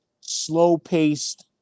slow-paced